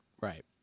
Right